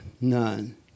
none